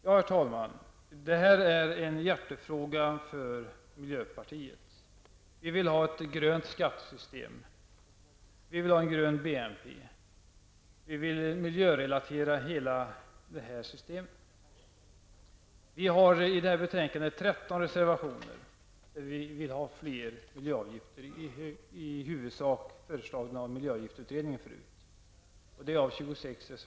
Herr talman! Det här är en hjärtefråga för miljöpartiet. Vi vill ha ett grönt skattesystem. Vi vill ha en grön BNP. Vi vill miljörelatera hela systemet. Av totalt 26 reservationer till det här betänkandet har vi avgivit 13. Vi vill införa fler miljöavgifter, i huvudsak föreslagna av miljöavgiftsutredningen.